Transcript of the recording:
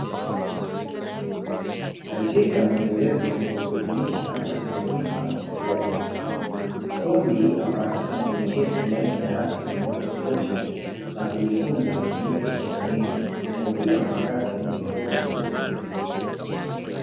Katika mwendelezo wa kuelimisha watu wazima katika jamii, kundi la watu wameketi ndani ya darasani, mwanga wa kutosha, na kujifunza jinsi ya kutumia kompyuta mpakato zilizopo mbele yao.